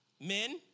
Men